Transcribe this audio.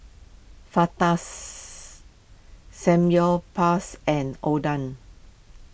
Fajitas Samgyeopsal and Oden